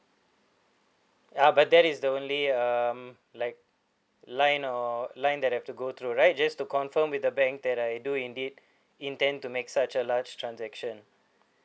ah but that is the only um like line or line that I have to go through right just to confirm with the bank that I do indeed intend to make such a large transaction